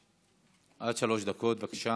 עד שלוש דקות, בבקשה.